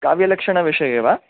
काव्यलक्षणविषये वा